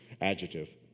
adjective